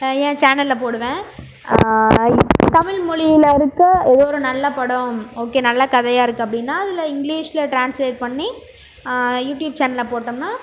ஏன் சேனலில் போடுவேன் தமிழ் மொழியில் இருக்க ஏதோ ஒரு நல்ல படம் ஓகே நல்ல கதையாக இருக்குது அப்படின்னா அதில் இங்கிலிஷில் ட்ரான்ஸ்லேட் பண்ணி யூடியூப் சேனலில் போட்டோம்னால்